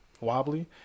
wobbly